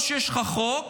או שיש לך חוק,